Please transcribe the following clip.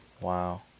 Wow